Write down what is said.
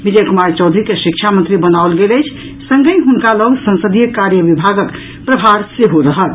विजय कुमार चौधरी के शिक्षा मंत्री बनाओल गेल अछि संगहि हुनका लऽग संसदीय कार्य विभागक प्रभार सेहो रहत